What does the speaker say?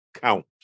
count